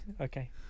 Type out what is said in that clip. Okay